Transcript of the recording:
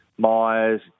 Myers